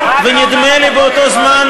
ונדמה לי באותו זמן,